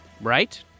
right